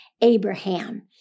Abraham